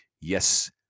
yes